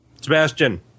Sebastian